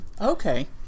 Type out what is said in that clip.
Okay